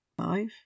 five